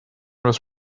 was